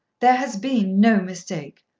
there has been no mistake.